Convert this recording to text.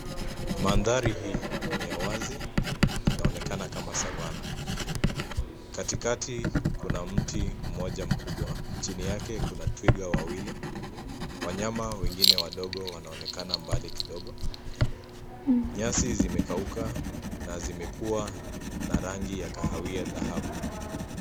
Mandhari hii ni ya wazi inaonekana kama savannah katikati kuna mti mmoja mkubwa chini yake kuna twiga wawili ,wanyama wengine wadogo wanaonekana mbali kidogo nyasi zimekauka na zimekuwa na rangi ya kahawia dhahabu.